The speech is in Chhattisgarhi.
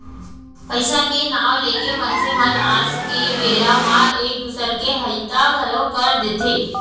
पइसा के नांव लेके मनसे मन आज के बेरा म एक दूसर के हइता घलौ कर देथे